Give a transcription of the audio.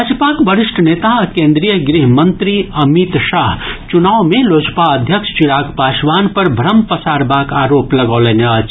भाजपाक वरिष्ठ नेता आ केंद्रीय गृह मंत्री अमित शाह चुनाव मे लोजपा अध्यक्ष चिराग पासवान पर भ्रम पसारबाक आरोप लगौलनि अछि